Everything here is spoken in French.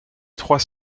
trois